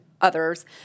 others